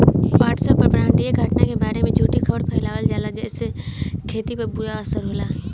WhatsApp पर ब्रह्माण्डीय घटना के बारे में झूठी खबर फैलावल जाता जेसे खेती पर बुरा असर होता